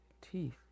teeth